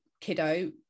kiddo